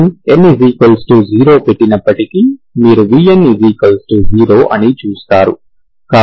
మనం n0 పెట్టినప్పటికీ మీరు n0 అని చూస్తారు